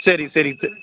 சரி சரிங்க சார்